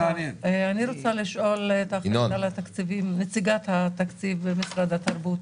אני רוצה לשאול את נציגת התקציבים במשרד התרבות